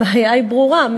הבעיה היא ברורה,